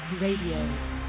Radio